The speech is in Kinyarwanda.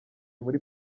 muri